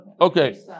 Okay